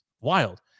Wild